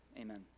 amen